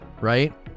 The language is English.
right